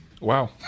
wow